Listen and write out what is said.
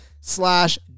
slash